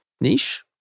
niche